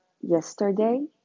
yesterday